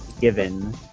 given